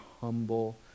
humble